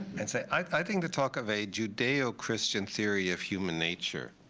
and say, i think the talk of a judeo-christian theory of human nature,